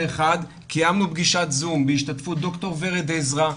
קיימנו פגישת זום בהשתתפות דוקטור ורד עזרא,